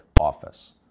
office